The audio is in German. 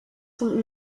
zum